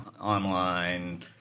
online